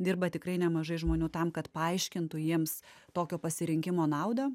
dirba tikrai nemažai žmonių tam kad paaiškintų jiems tokio pasirinkimo naudą